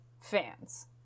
fans